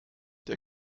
der